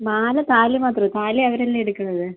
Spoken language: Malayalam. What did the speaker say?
മാല താലി മാത്രമേയുള്ളു താലി അവരല്ലേ എടുക്കുന്നത്